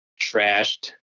trashed